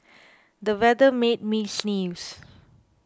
the weather made me sneeze